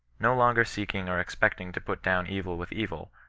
no longer seeking or expecting to put down evil with evil,